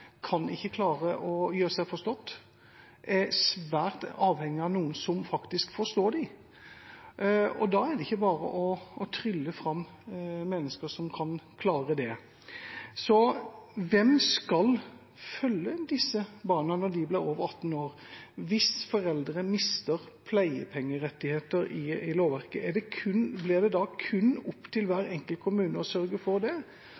kan ikke klare å gjøre seg forstått. De er svært avhengig av noen som faktisk forstår dem. Da er det ikke bare å trylle fram mennesker som kan klare det. Hvem skal følge disse barna når de blir over 18 år, hvis foreldrene mister pleiepengerettigheter i lovverket? Blir det da kun opp til hver enkelt kommune å sørge for det?